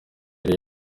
bari